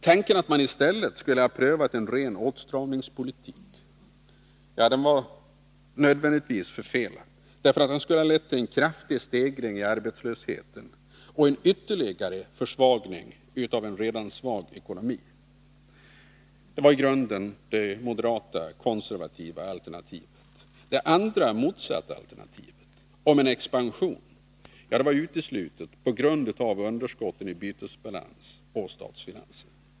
Tanken att man i stället skulle ha prövat en ren åtstramningspolitik var nödvändigtvis förfelad. En sådan politik hade nämligen lett till en kraftig stegring i arbetslösheten och en ytterligare försvagning av en redan svag ekonomi. Det var i grunden det moderata, konservativa alternativet. Det andra, motsatta alternativet om en expansion var uteslutet på grund av underskotten i bytesbalansen och storfinanserna.